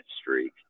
streak